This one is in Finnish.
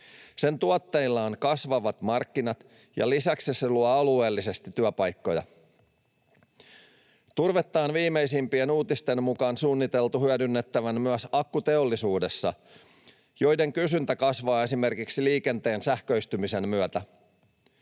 Sen tuotteilla on kasvavat markkinat, ja lisäksi se luo alueellisesti työpaikkoja. Turvetta on viimeisimpien uutisten mukaan suunniteltu hyödynnettävän myös akkuteollisuudessa, ja akkujen kysyntä kasvaa esimerkiksi liikenteen sähköistymisen myötä.